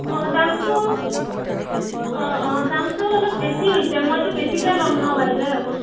অঁ দামটো অঁ অঁ দামটো অলপ বেছি হৈছে মইতো বেছিকৈ ল'ম ন বাইদেউ